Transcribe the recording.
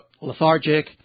lethargic